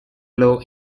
law